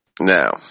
Now